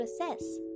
process